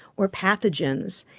or pathogens.